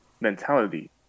mentality